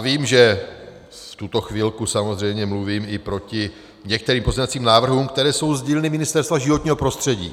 Vím, že v tuto chvilku samozřejmě mluvím i proti některým pozměňovacím návrhům, které jsou z dílny Ministerstva životního prostředí.